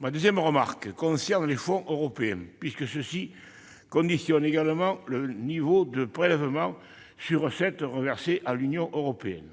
Ma deuxième remarque concerne les fonds européens, qui conditionnent également le niveau du prélèvement sur recettes reversé à l'Union européenne.